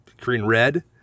green-red